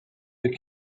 the